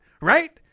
Right